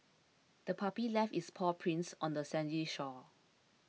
the puppy left its paw prints on the sandy shore